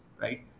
Right